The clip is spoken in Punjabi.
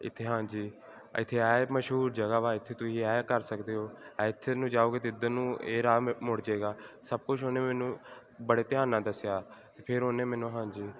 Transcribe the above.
ਇੱਥੇ ਹਾਂਜੀ ਇੱਥੇ ਇਹ ਮਸ਼ਹੂਰ ਜਗ੍ਹਾ ਵਾ ਇੱਥੇ ਤੁਸੀਂ ਇਹ ਕਰ ਸਕਦੇ ਹੋ ਇੱਥੇ ਨੂੰ ਜਾਓਗੇ ਤਾਂ ਇੱਧਰ ਨੂੰ ਇਹ ਰਾਹ ਮੁੜ ਜਾਵੇਗਾ ਸਭ ਕੁਝ ਉਹਨੇ ਮੈਨੂੰ ਬੜੇ ਧਿਆਨ ਨਾਲ ਦੱਸਿਆ ਫਿਰ ਉਹਨੇ ਮੈਨੂੰ ਹਾਂਜੀ